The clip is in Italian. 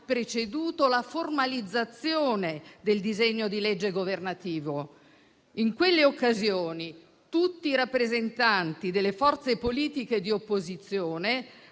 preceduto la formalizzazione del disegno di legge governativo. In quelle occasioni, tutti i rappresentanti delle forze politiche di opposizione